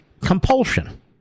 compulsion